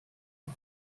vor